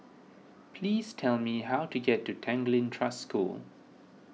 please tell me how to get to Tanglin Trust School